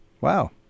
Wow